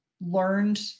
learned